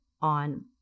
on